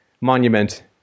monument